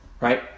right